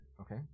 Okay